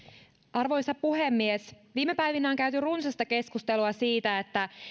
arvoisa puhemies viime päivinä on käyty runsasta keskustelua siitä